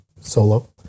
solo